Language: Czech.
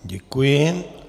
Děkuji.